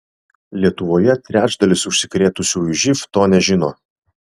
lietuvoje trečdalis užsikrėtusiųjų živ to nežino